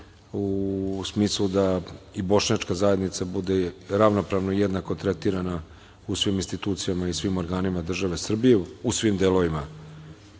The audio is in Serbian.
u smislu da i bošnjačka zajednica bude ravnopravno jednako tretirana u svim institucijama i svim organima države Srbije u svim delovima